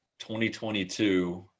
2022